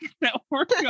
network